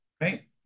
right